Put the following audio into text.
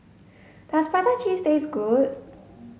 does prata cheese taste good